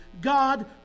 God